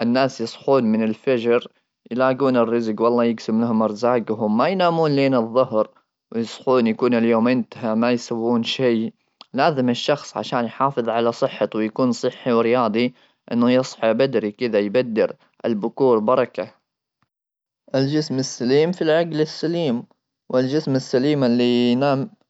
,الناس يصحون من الفجر يلاقونا الرزق ,والله يقسم لهم ارزاق وهم ما ينامون لين الظهر ويصحون يكون اليومين ما يسوون شيء ,لازم الشخص عشان يحافظ على صحته ويكون صحي ورياضي انه يصحى بدري كذا يبدر البكور بركه الجسم السليم في العقل السليم والجسم السليم اللي ينام.